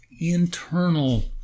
internal